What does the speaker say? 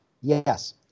Yes